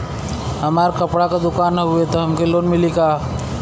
हमार कपड़ा क दुकान हउवे त हमके लोन मिली का?